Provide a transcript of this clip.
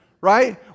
Right